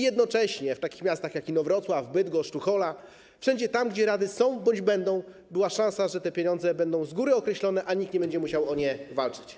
Jednocześnie żeby w takich miastach jak Inowrocław, Bydgoszcz, Tuchola, wszędzie tam, gdzie rady są bądź będą, była szansa, żeby pieniądze były z góry określone i nikt nie musiał o nie walczyć.